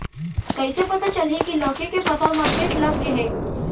कइसे पता चलही की लौकी के फसल मा किट लग गे हे?